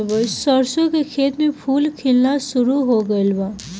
सरसों के खेत में फूल खिलना शुरू हो गइल बा